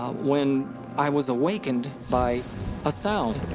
um when i was awakened by a sound.